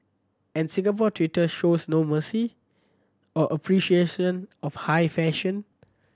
and Singapore Twitter shows no mercy or appreciation of high fashion